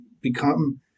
become